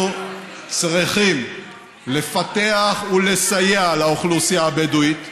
אנחנו צריכים לפתח ולסייע לאוכלוסייה הבדואית,